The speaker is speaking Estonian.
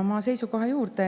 oma seisukoha juurde.